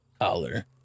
collar